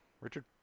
Richard